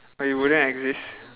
oh you wouldn't exist